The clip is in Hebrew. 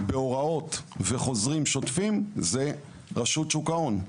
בהוראות ובחוזים שוטפים, היא רשות שוק ההון.